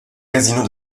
casino